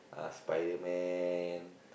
uh Spider-Man